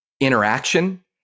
interaction